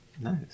Nice